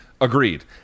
Agreed